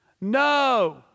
no